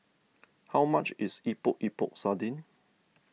how much is Epok Epok Sardin